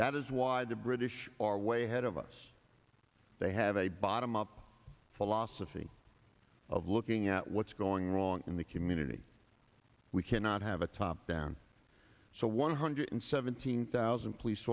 that is why the british are way ahead of us they have a bottom up philosophy of looking at what's going wrong in the community we cannot have a top down so one hundred seventeen thousand police